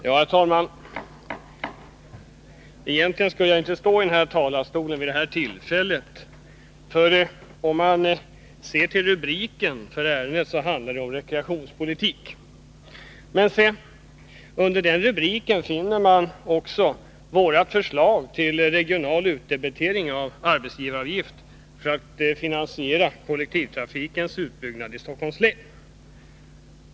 Herr talman! Egentligen skulle jag inte stå i den här talarstolen vid det här tillfället. Enligt rubriken handlar ärendet nämligen om rekreationspolitik! Under den rubriken behandlas vårt förslag till regionalt utdebiterad arbetsgivaravgift för att finansiera kollektivtrafikens utbyggnad i Stockholms län!